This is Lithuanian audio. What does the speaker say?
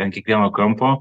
ant kiekvieno kampo